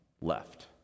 left